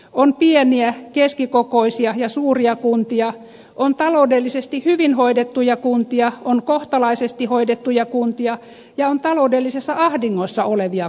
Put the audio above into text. on pieniä keskikokoisia ja suuria kuntia on taloudellisesti hyvin hoidettuja kuntia on kohtalaisesti hoidettuja kuntia ja on taloudellisessa ahdingossa olevia kuntia